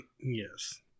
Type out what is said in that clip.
yes